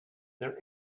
there